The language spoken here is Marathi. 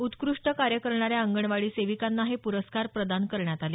उत्कृष्ट कार्य करणाऱ्या अंगणवाडी सेविकांना हे पुरस्कार प्रदान करण्यात आले